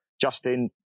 Justin